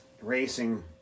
racing